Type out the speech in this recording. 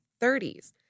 30s